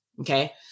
okay